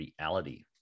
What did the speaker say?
reality